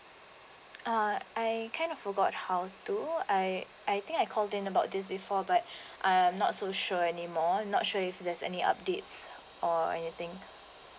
uh I kind of forgot how to I I think I called in about this before but I'm not so sure anymore not sure if there's any updates or anything